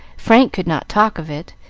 frank could not talk of it.